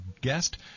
guest